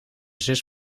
zus